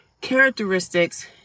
characteristics